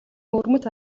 өвөрмөц